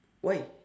why